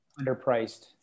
underpriced